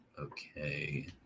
Okay